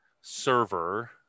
server